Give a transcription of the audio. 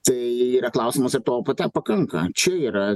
tai yra klausimas ar to paka pakanka čia yra